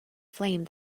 flame